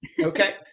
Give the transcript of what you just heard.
okay